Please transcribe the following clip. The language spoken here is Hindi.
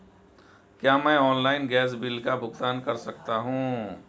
क्या मैं ऑनलाइन गैस बिल का भुगतान कर सकता हूँ?